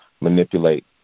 manipulate